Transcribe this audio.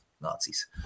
Nazis